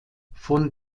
von